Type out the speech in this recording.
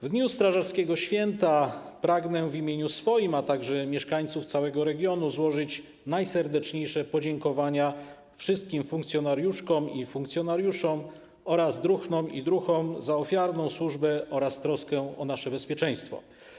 W dniu strażackiego święta pragnę w imieniu swoim oraz mieszkańców całego regionu złożyć najserdeczniejsze podziękowania wszystkim funkcjonariuszkom i funkcjonariuszom, druhnom i druhom za ofiarną służbę oraz troskę o nasze bezpieczeństwo.